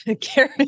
Karen